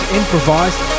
improvised